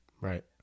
Right